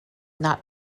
not